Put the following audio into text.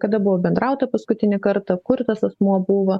kada buvo bendrauta paskutinį kartą kur tas asmuo buvo